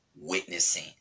witnessing